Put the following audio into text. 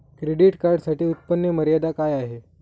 Credit कार्डसाठी उत्त्पन्न मर्यादा काय आहे?